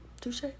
Touche